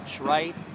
right